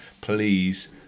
please